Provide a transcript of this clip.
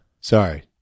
sorry